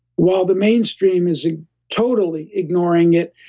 while the mainstream is totally ignoring it.